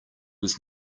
was